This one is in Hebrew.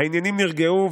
"העניינים נרגעו.